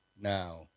Now